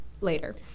later